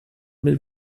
mit